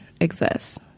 exists